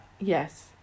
Yes